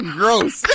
gross